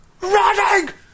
Running